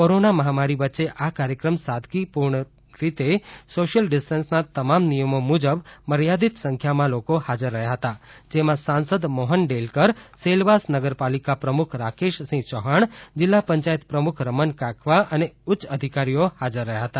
corona મહામારી વચ્ચે આ કાર્યક્રમ સાદગી પુર્ણ રીતે સોશિયલ ડિસ્ટન્સ ના તમામ નિયમો મુજબ મર્યાદિત સંખ્યા માં લોકો હાજર રહ્યા હતા જેમાં સાંસદ મોહન ડેલકરસેલવાસ નગરપાલિકા પ્રમુખ રાકેશસિંહ યૌહાણ જિલ્લા પંચાયત પ્રમુખ રમન કાકવા અને ઉચ્ય અધિકારીઓ હાજર રહિયા હતા